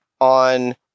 on